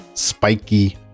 Spiky